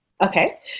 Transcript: okay